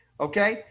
Okay